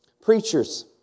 Preachers